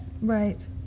Right